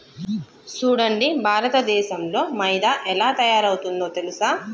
సూడండి భారతదేసంలో మైదా ఎలా తయారవుతుందో తెలుసా